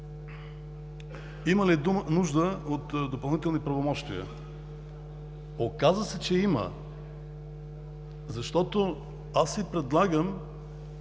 Има ли нужда от допълнителни правомощия? Оказа се, че има. Аз Ви предлагам